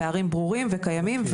הפערים ברורים וקיימים,